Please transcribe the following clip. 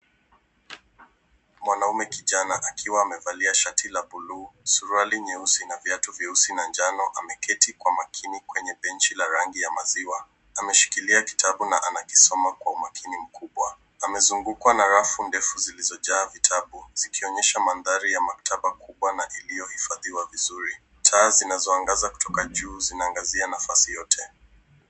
Mwanaume kijana akiwa amevalia shati la buluu, suruali nyeusi na viatu vyeusi na njano ameketi kwa makini kwenye benchi la rangi ya maziwa. Ameshikilia kitabu na anakisoma kwa umakini mkubwa. Amezungukwa na rafu ndefu zilizojaa vitabu zikionyesha mandhari ya maktaba kubwa na iliyohifadhiwa vizuri. Taa zinazoangaza kutoka juu zinaangazia nafasi yote.